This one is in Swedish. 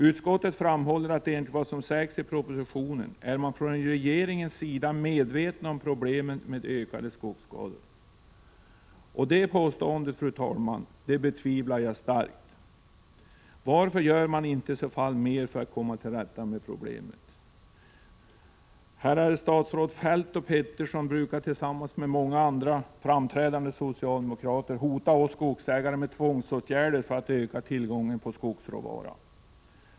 Utskottet framhåller att enligt vad som sägs i propositionen är man från regeringens sida medveten om problemen med ökande skogsskador. Riktigheten av det påståendet, fru talman, betvivlar jag starkt. Varför gör man i så fall inte mer för att komma till rätta med problemet? Statsråden Feldt och Peterson brukar tillsammans med många andra framträdande socialdemokrater hota oss skogsägare med tvångsåtgärder för att öka tillgången på skogsråvara.